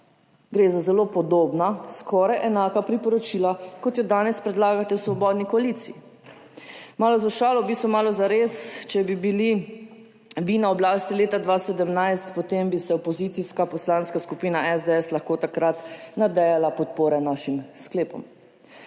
Gre za zelo podobna, skoraj enaka priporočila, kot jo danes predlagate v Svobodni koaliciji. Malo za šalo, v bistvu malo zares če bi bili vi na oblasti leta 2017, potem bi se opozicijska Poslanska skupina SDS lahko takrat nadejala podpore našim sklepom.